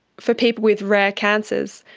for people with rare cancers,